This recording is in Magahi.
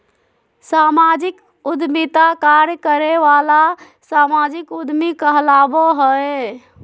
सामाजिक उद्यमिता कार्य करे वाला सामाजिक उद्यमी कहलाबो हइ